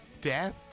death